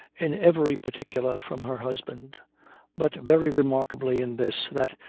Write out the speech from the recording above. in every particular from her husband but very remarkably in this, that,